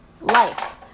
life